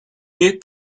mieux